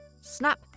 snap